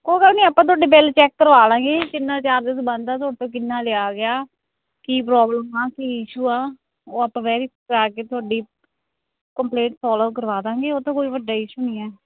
ਕੋਈ ਗੱਲ ਨਹੀਂ ਆਪਾਂ ਤੁਹਾਡੇ ਬਿੱਲ ਚੈੱਕ ਕਰਵਾ ਲਵਾਂਗੀ ਕਿੰਨਾ ਚਾਰਜਿਸ ਬਣਦਾ ਤੁਹਾਡੇ ਤੋਂ ਕਿੰਨਾ ਲਿਆ ਗਿਆ ਕੀ ਪ੍ਰੋਬਲਮ ਆ ਕੀ ਇਸ਼ੂ ਆ ਉਹ ਆਪਾਂ ਵੈਰੀ ਕਰਵਾ ਕੇ ਤੁਹਾਡੀ ਕੰਪਲੇਂਟ ਫੋਲੋ ਕਰਵਾ ਦੇਵਾਂਗੇ ਉਹ ਤਾਂ ਕੋਈ ਵੱਡਾ ਇਸ਼ੂ ਨਹੀਂ ਹੈ